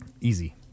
Easy